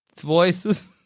voices